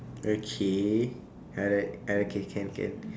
okay alright ah okay can can